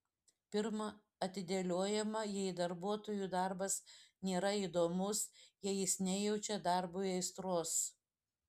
pirma atidėliojama jei darbuotojui darbas nėra įdomus jei jis nejaučia darbui aistros